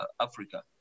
Africa